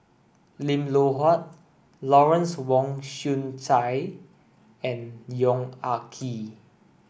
Lim Loh Huat Lawrence Wong Shyun Tsai and Yong Ah Kee